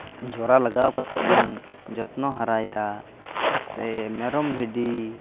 ᱡᱷᱚᱨᱟ ᱞᱟᱜᱟᱣ ᱠᱟᱛᱮᱫ ᱵᱚᱱ ᱡᱚᱛᱱᱚ ᱦᱟᱨᱟᱭᱫᱟ ᱥᱮ ᱢᱮᱨᱚᱢ ᱵᱷᱤᱰᱤ